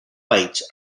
bytes